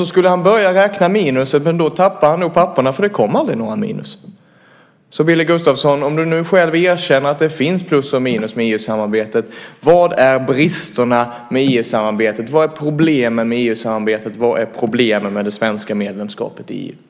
Sedan skulle han börja räkna minusen, men då tappade han nog papperen för det kom aldrig några minus. Om du nu själv erkänner att det finns plus och minus med EU-samarbetet, vad är bristerna med EU-samarbetet? Vad är problemen med EU-samarbetet? Vad är problemen med det svenska EU-medlemskapet i EU?